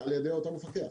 על ידי אותו מפקח.